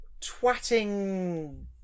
twatting